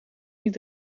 niet